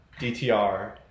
DTR